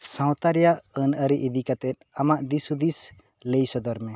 ᱥᱟᱶᱛᱟ ᱨᱮᱭᱟᱜ ᱟᱹᱱ ᱟᱹᱨᱤ ᱤᱫᱤᱠᱟᱛᱮ ᱟᱢᱟᱜ ᱫᱤᱥ ᱦᱩᱫᱤᱥ ᱞᱟᱹᱭ ᱥᱚᱫᱚᱨ ᱢᱮ